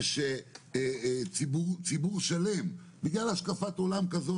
אז כשיש ציבור שלם שבגלל השקפת עולם כזאת או